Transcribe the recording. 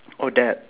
oh dad